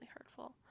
hurtful